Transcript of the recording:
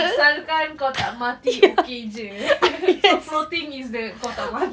asal kan kau tak mati okay jer macam floating is the kau tak mati